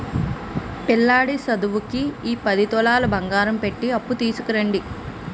పిల్లాడి సదువుకి ఈ పది తులాలు బంగారం పెట్టి అప్పు తీసుకురండి